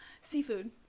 seafood